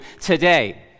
today